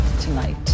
tonight